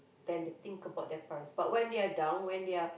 than they think about parents but when they're down when they're